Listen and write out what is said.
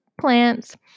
plants